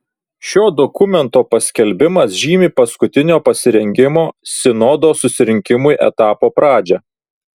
šio dokumento paskelbimas žymi paskutinio pasirengimo sinodo susirinkimui etapo pradžią